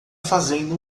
fazendo